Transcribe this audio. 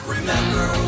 Remember